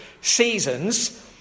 seasons